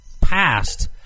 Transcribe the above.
past